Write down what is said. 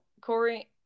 Corey